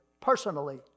personally